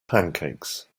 pancakes